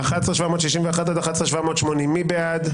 11,761 עד 11,780, מי בעד?